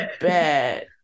bad